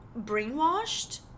brainwashed